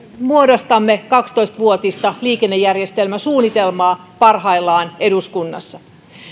muodostamme kaksitoista vuotista liikennejärjestelmäsuunnitelmaa parhaillaan eduskunnassa